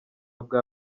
bwa